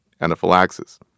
anaphylaxis